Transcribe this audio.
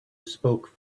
spoke